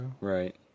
Right